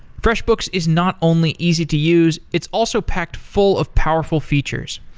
freshbooks is not only easy to use, it's also packed full of powerful features.